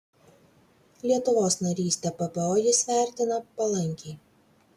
lietuvos narystę ppo jis vertina palankiai